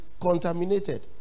contaminated